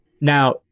Now